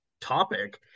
topic